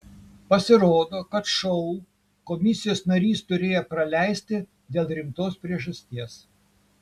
pasirodo kad šou komisijos narys turėjo praleisti dėl rimtos priežasties